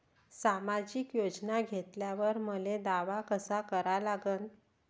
सामाजिक योजना घेतल्यावर मले दावा कसा करा लागन?